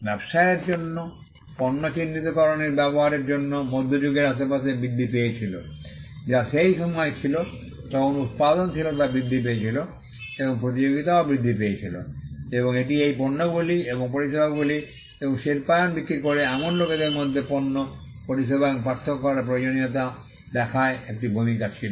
ব্যবসায়ের জন্য পণ্য চিহ্নিতকরণের ব্যবহারের জন্য মধ্যযুগের আশেপাশে বৃদ্ধি পেয়েছিল যা সেই সময় ছিল যখন উত্পাদনশীলতা বৃদ্ধি পেয়েছিল এবং প্রতিযোগিতাও বৃদ্ধি পেয়েছিল এবং এটি এই পণ্যগুলি এবং পরিষেবাগুলি এবং শিল্পায়ন বিক্রি করে এমন লোকদের মধ্যে পণ্য পরিষেবা এবং পার্থক্য করার প্রয়োজনীয়তা দেখায় একটি ভূমিকা ছিল